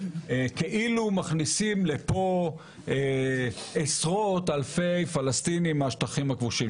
כאילו מכניסים לפה עשרות אלפי פלסטינים מהשטחים הכבושים.